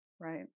right